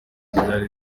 byari